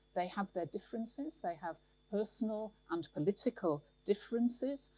they have their differences, they have personal and political differences,